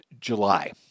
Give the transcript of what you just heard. July